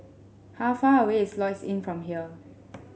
how far away is Lloyds Inn from here